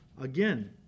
Again